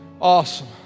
Awesome